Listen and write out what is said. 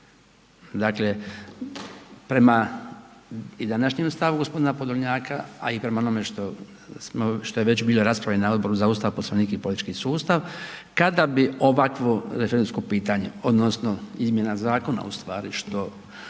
Dakle, prema i današnjem stavu gospodina Podolnjaka, a i prema onome što je već bilo na raspravi na Odboru za Ustav, Poslovnik i politički sustav kada bi ovakvo referendumsko pitanje odnosno izmjena zakona u stvari što